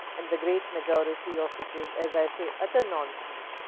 and the great majority of it is, as i say, utter nonsense.